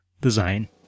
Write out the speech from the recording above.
design